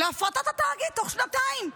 להפרטת התאגיד תוך שנתיים.